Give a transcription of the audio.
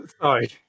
Sorry